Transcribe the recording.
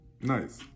Nice